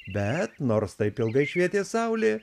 bet nors taip ilgai švietė saulė